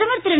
பிரதமர் திரு